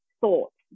thoughts